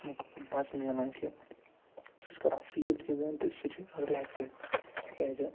امیٛک مَزٕ میلان کہِ سُہ چھِ کَران فیٖل کہِ زن تہِ سُہ چھُ رِلیکسٕڈ تِکیٛازِ